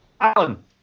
Alan